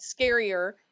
scarier